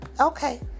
Okay